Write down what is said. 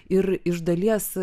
ir iš dalies